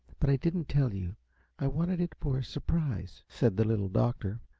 but i didn't tell you i wanted it for a surprise, said the little doctor.